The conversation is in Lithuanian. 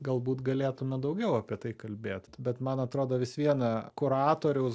galbūt galėtume daugiau apie tai kalbėt bet man atrodo vis viena kuratoriaus